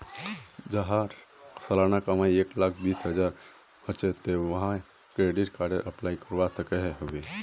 जहार सालाना कमाई एक लाख बीस हजार होचे ते वाहें क्रेडिट कार्डेर अप्लाई करवा सकोहो होबे?